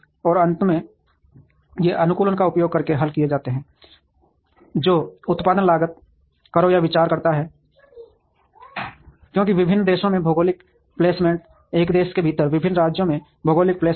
और अंत में ये अनुकूलन का उपयोग करके हल किए जाते हैं जो उत्पादन लागत करों पर विचार करता है क्योंकि विभिन्न देशों में भौगोलिक प्लेसमेंट एक देश के भीतर विभिन्न राज्यों में भौगोलिक प्लेसमेंट